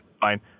fine